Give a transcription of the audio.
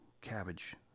cabbage